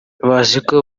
baziko